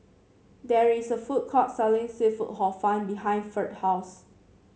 there is a food court selling seafood Hor Fun behind Ferd's house